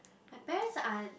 my best aunt